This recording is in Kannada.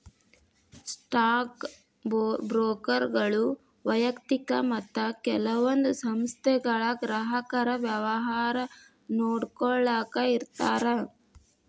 ಸ್ಟಾಕ್ ಬ್ರೋಕರ್ಗಳು ವ್ಯಯಕ್ತಿಕ ಮತ್ತ ಕೆಲವೊಂದ್ ಸಂಸ್ಥೆಗಳ ಗ್ರಾಹಕರ ವ್ಯವಹಾರ ನೋಡ್ಕೊಳ್ಳಾಕ ಇರ್ತಾರ